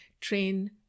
train